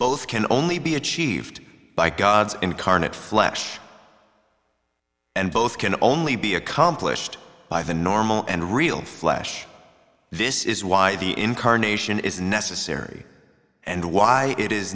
both can only be achieved by god's incarnate flesh and both can only be accomplished by the normal and real flesh this is why the incarnation is necessary and why it is